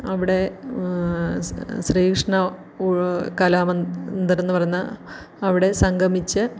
അവിടെ സ് ശ്രീകൃഷ്ണ കലാ മന്ദിർ എന്ന് പറയുന്ന അവിടെ സംഗമിച്ച്